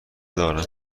دارم